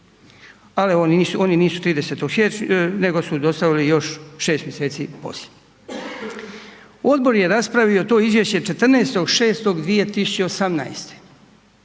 ali oni nisu 30. siječnja nego su dostavili još 6 mj. poslije. Odbor je raspravio to izvješće 14. 6. 2018.,